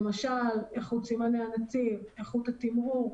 למשל איכות סימני הנתיב, איכות התמרור.